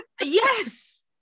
Yes